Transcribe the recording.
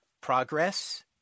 progress